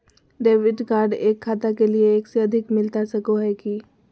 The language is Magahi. डेबिट कार्ड एक खाता के लिए एक से अधिक मिलता सको है की?